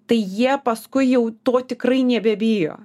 tai jie paskui jau to tikrai nebebijo